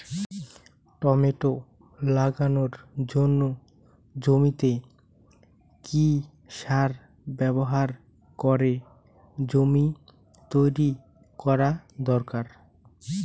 Tomato লাগানোর জন্য জমিতে কি সার ব্যবহার করে জমি তৈরি করা দরকার?